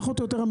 פחות או יותר,